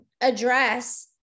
address